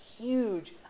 huge